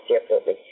differently